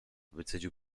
wycedził